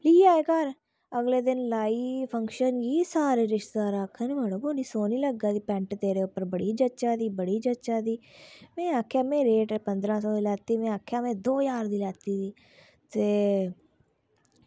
इयै घर अगले दिन लाई फंक्शन जी सारे रिश्तेदार आक्खन की म्हाराज बड़ी सोह्नी लग्गा दी पैंट तेरे उप्पर बड़ी जचा दी बड़ी जचा दी में आक्खेआ में पंदरां सौ रपेऽ दी लैती में आक्खेआ में दौ ज्हार रपेऽ दी लैती दी ते